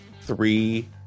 three